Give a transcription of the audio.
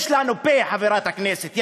יש לנו פה, חברת הכנסת.